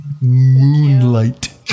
Moonlight